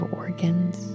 organs